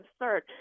absurd